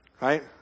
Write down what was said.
Right